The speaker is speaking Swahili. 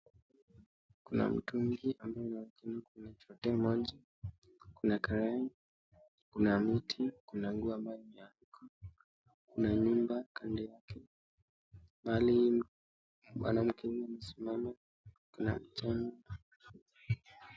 Kuna mtu mwingine ambaye anaonekana kuchota maji, kuna karai, kuna miti, kuna nguo ambayo imeanikwa na nyumba kando yake mahali mwanamke aliyesimama kuna.